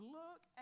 look